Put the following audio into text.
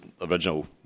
original